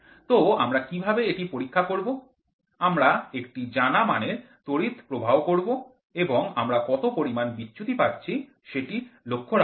তো আমরা কীভাবে এটি পরীক্ষা করব আমরা একটি জানা মানের তড়িৎ প্রবাহ করব এবং আমরা কত পরিমান বিচ্যুতি পাচ্ছি সেটা লক্ষ্য রাখব